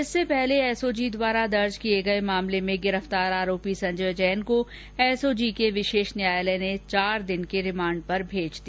इससे पहले एसओजी द्वारा दर्ज किए मामले में गिरफतार आरोपी संजय जैन को एसओजी के विशेष न्यायालय ने चार दिन के रिमांड पर भेज दिया